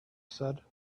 said